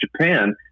Japan